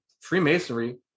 Freemasonry